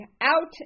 out